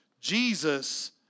Jesus